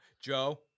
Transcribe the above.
Joe